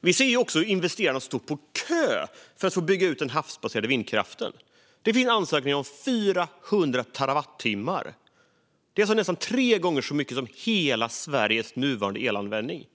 Vi ser också att investerarna står på kö för att få bygga ut den havsbaserade vindkraften. Det finns ansökningar om 400 terawattimmar. Det är nästan tre gånger så mycket som hela Sveriges nuvarande elanvändning.